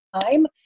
time